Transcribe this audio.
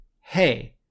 hey